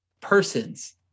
persons